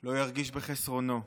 לא ירגיש בחסרונו.